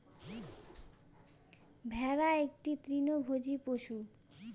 ভেড়া একটি তৃণভোজী পশু